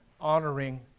honoring